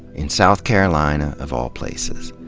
in south carolina of all places.